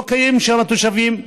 לא קיימים שם תושבים.